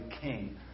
king